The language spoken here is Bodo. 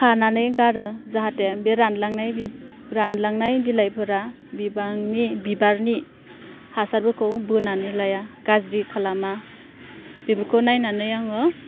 खानानै गारो जाहाथे बे रानलांनाय बि रानलांनाय बिलाइफोरा बिबांनि बिबारनि हासारफोरखौ बोनानै लाया गाज्रि खालामा बेफोरखौ नायनानै आङो